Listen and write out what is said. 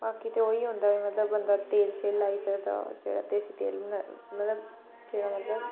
बाकी ते ओह् ही होंदा मतलब बंदा तेल शेल लाई सकदा जेह्ड़ा देसी तेल होंदा मतलब जेह्ड़ा मतलब